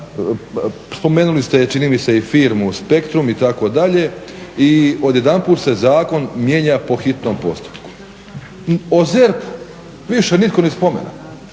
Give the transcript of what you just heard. spomenuli ste čini mi se firmu Spektrum itd. i odjedanput se zakon mijenja po hitnom postupku. O ZERP-u više nitko ni spomena,